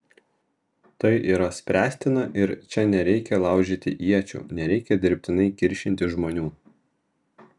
tai yra spręstina ir čia nereikia laužyti iečių nereikia dirbtinai kiršinti žmonių